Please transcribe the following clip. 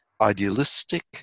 idealistic